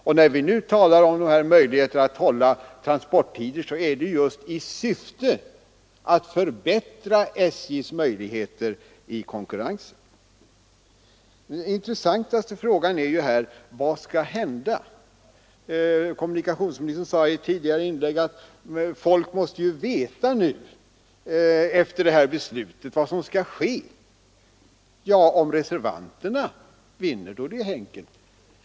Och när vi nu talar om möjligheterna att hålla transporttider är det just i syfte att förbättra SJ:s möjligheter i konkurrensen. Den intressantaste frågan är: Vad skall hända? Kommunikationsministern sade i sitt första inlägg att folk måste veta nu, efter det här beslutet, vad som skall ske. Ja, om reservanterna vinner är det enkelt.